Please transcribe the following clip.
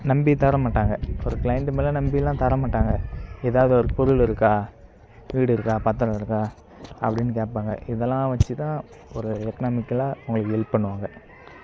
நம்பித் தர மாட்டாங்க ஒரு கிளைன்ட்டு மேல் நம்பிலாம் தரமாட்டாங்க ஏதாவது ஒரு பொருள் இருக்கா வீடு இருக்கா பத்திரம் இருக்கா அப்படின்னு கேட்பாங்க இதெல்லாம் வச்சுதான் ஒரு எக்னாமிக்கலாக உங்களுக்கு ஹெல்ப் பண்ணுவாங்க